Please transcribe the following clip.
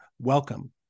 welcome